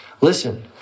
Listen